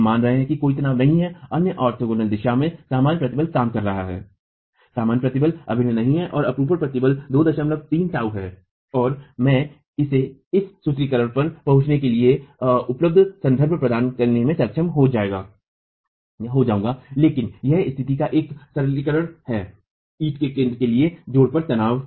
हम मान रहे हैं कि कोई तनाव नहीं है अन्य लंब कोणीय दिशा में सामान्य प्रतिबल काम कर रहा है सामान्य तनाव अभिनय नहीं है और अपरूपण प्रतिबल 23τ है और मैं इस सूत्रीकरण पर पहुंचने के लिए उपलब्ध संदर्भ प्रदान करने में सक्षम हो जाएगा लेकिन यह स्थिति का एक सरलीकरण है ईंट के केंद्र के लिए जोड़ पर तनाव